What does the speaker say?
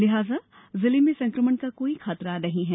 लिहाजा जिले में संकमण का कोई खतरा नहीं है